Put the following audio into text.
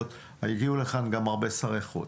הגיעו לכאן גם הרבה שרי חוץ.